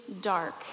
dark